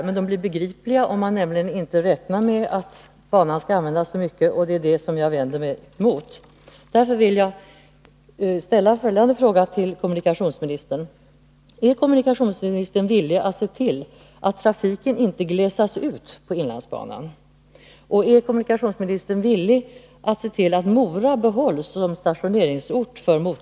Men de blir begripliga om man inte räknar med att banan skall användas så mycket, och det är det jag vänder mig mot.